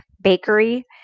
bakery